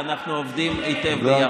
ואנחנו עובדים היטב ביחד.